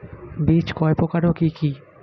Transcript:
বীজ কয় প্রকার ও কি কি?